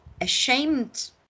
ashamed